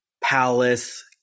Palace